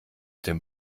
dem